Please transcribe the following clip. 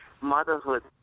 motherhood